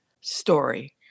story